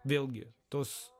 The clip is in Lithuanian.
vėlgi tos